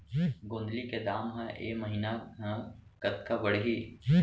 गोंदली के दाम ह ऐ महीना ह कतका बढ़ही?